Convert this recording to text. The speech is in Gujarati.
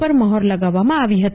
પર મહોર લગાવવામાં આવી હતી